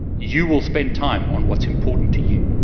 you will spend time on what's important to you.